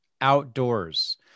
Outdoors